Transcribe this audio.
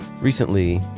recently